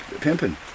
pimping